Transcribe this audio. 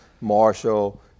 Marshall